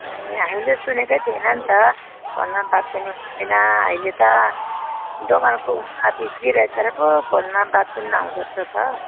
ए हामीले सुनेको थिएन नि त फोनमा बात पनि हुँदैन अहिले त दोकानको उमा बिजी रहेछ र पो फोनमा बात पनि नहुँदो रहेछ त